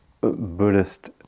Buddhist